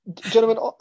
Gentlemen